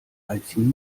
einzigen